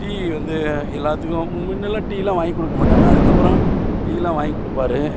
tea வந்து எல்லாத்துக்கும் முன்னலாம் டீலாம் வாங்கிக் கொடுக்க மாட்டாங்கள் அதுக்கப்பறம் டீலாம் வாங்கிக் கொடுப்பாரு